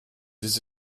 this